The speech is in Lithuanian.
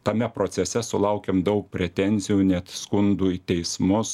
tame procese sulaukiam daug pretenzijų net skundų į teismus